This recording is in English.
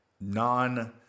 non